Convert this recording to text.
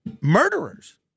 murderers